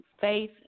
faith